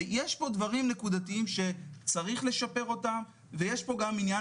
יש כאן דברים נקודתיים שצריך לשפר אותם ויש כאן גם עניין